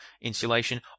insulation